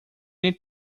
need